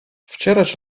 wcierać